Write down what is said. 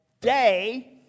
day